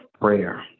prayer